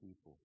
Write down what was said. people